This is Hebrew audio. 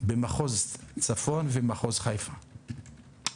ממחוז צפון ומחוז חיפה.